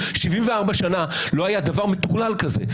74 שנה לא היה דבר מטורלל כזה.